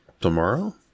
tomorrow